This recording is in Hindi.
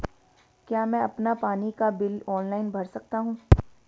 क्या मैं अपना पानी का बिल ऑनलाइन भर सकता हूँ?